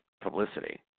publicity